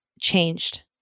changed